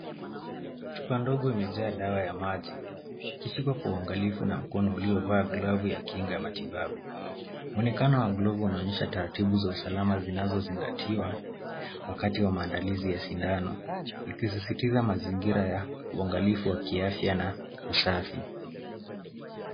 Chupa ndogo imejaa dawa ya maji ikishikwa kwa uangalifu na mkono uliovaa glavu ya kinga ya matibabu. Mwonekano wa glovu unaonyesha taratibu za usalama zinazozingatiwa wakati wa maandalizi ya sindano ikisisitiza mazingira ya uangalifu wa kiafya na usafi.